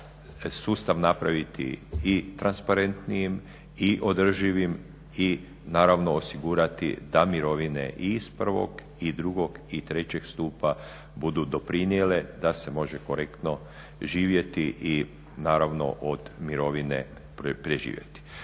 sustav napraviti i transparentnijim i održivim i naravno osigurati da mirovine i iz 1., i 2. i 3. stupa budu doprinijele da se može korektno živjeti i naravno od mirovine preživjeti.